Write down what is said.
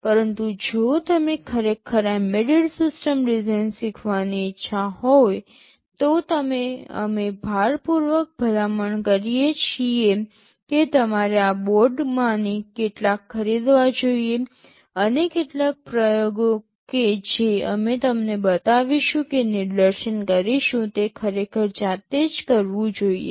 પરંતુ જો તમને ખરેખર એમ્બેડેડ સિસ્ટમ ડિઝાઈન શીખવાની ઇચ્છા હોય તો અમે ભારપૂર્વક ભલામણ કરીએ છીએ કે તમારે આ બોર્ડમાંથી કેટલાક ખરીદવા જોઈએ અને કેટલાક પ્રયોગો કે જે અમે તમને બતાવીશું કે નિદર્શન કરીશું તે ખરેખર જાતે જ કરવું જોઈએ